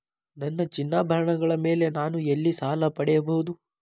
ನನ್ನ ಚಿನ್ನಾಭರಣಗಳ ಮೇಲೆ ನಾನು ಎಲ್ಲಿ ಸಾಲ ಪಡೆಯಬಹುದು?